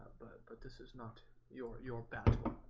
but this is not your your battle.